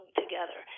together